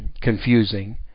confusing